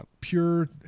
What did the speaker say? pure